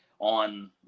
On